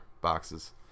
boxes